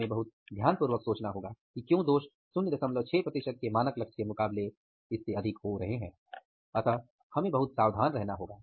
इसलिए हमें बहुत सावधान रहना होगा